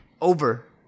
Over